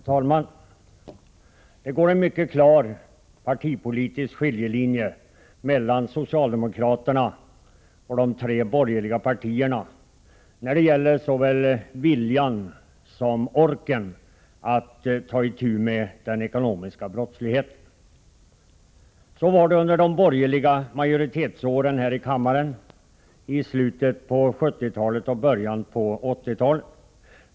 Herr talman! Det går en mycket klar partipolitisk skiljelinje mellan socialdemokraterna och de tre borgerliga partierna när det gäller såväl viljan som orken att bekämpa den ekonomiska brottsligheten. Så var det under de borgerliga majoritetsåren här i kammaren, i slutet av 1970-talet och början av 1980-talet.